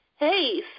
Hey